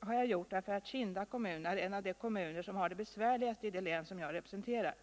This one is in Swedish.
skäl. För det första är Kinda kommun en uv de kommuner som har det besvärligast i det län som jag representerar.